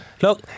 look